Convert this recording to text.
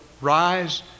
rise